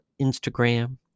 Instagram